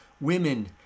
women